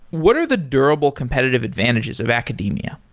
what are the durable competitive advantages of academia?